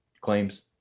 claims